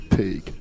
take